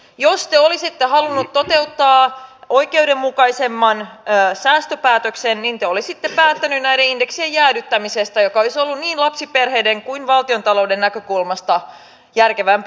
jos te olisitte halunneet toteuttaa oikeudenmukaisemman säästöpäätöksen niin te olisitte päättäneet näiden indeksien jäädyttämisestä joka olisi ollut niin lapsiperheiden kuin valtiontalouden näkökulmasta järkevämpi lopputulos